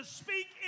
speak